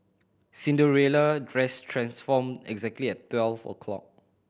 Cinderella dress transformed exactly at twelve o'clock